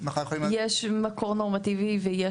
מחר יכולים --- יש מקור נורמטיבי ויש